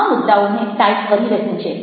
આ મુદ્દાઓને ટાઈપ કરી રહ્યું છે